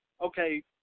okay